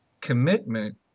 commitment